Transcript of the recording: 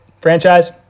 franchise